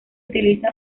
utiliza